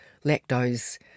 lactose